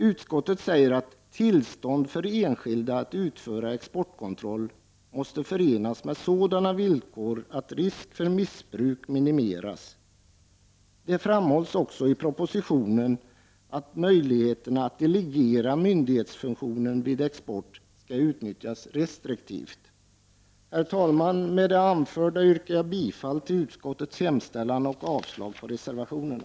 Utskottet säger att tillstånd för enskild att utföra exportkontroll måste förenas med sådana villkor att risk för missbruk minimeras. Det framhålls också i propositionen att möjligheterna att delegera myndighetsfunktionen vid export skall utnyttjas restriktivt. Herr talman! Med det anförda yrkar jag bifall till utskottets hemställan och avslag på reservationerna.